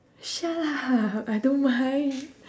shut up I don't mind